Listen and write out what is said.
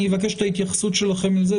אני אבקש את ההתייחסות שלכם לזה.